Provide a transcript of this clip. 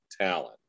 talent